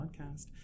podcast